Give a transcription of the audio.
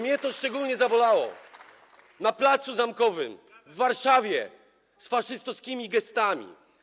mnie to szczególnie zabolało, na placu Zamkowym w Warszawie z faszystowskimi gestami.